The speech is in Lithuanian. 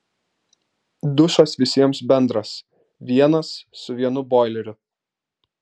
dušas visiems bendras vienas su vienu boileriu